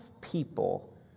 people